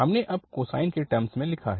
हमने अब कोसाइन के टर्मस में लिखा है